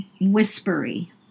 whispery